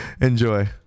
Enjoy